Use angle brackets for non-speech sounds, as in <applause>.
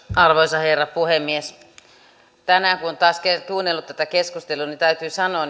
arvoisa herra puhemies tänään kun on taas kuunnellut tätä keskustelua täytyy sanoa <unintelligible>